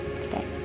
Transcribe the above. today